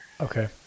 okay